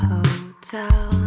Hotel